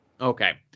Okay